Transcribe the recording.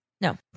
No